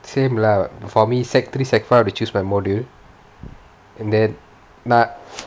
same lah for me secondary three secondary four I've to choose my module and then